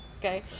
okay